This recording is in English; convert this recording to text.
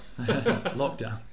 lockdown